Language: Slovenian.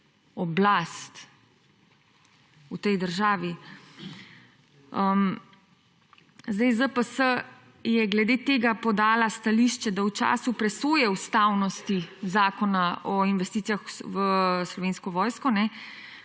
oblast v tej državi. ZPS je glede tega podala stališče, da v času presoje ustavnosti Zakona o investicijah v Slovensko vojsko,